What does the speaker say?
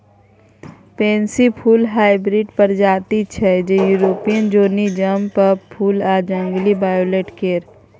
pansy फुल hybrid प्रजाति छै जे युरोपीय जौनी जंप अप फुल आ जंगली वायोलेट केर